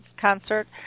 concert